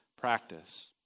practice